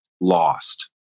lost